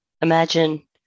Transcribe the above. imagine